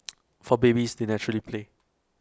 for babies they naturally play